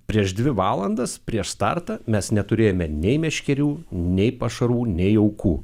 prieš dvi valandas prieš startą mes neturėjome nei meškerių nei pašarų nei jaukų